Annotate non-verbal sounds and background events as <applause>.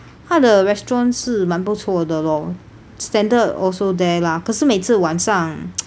他的 restaurants 是蛮不错的 lor standard also there lah 可是每次晚上 <noise>